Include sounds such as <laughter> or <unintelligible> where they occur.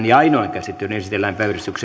<unintelligible> ja ainoaan käsittelyyn esitellään päiväjärjestyksen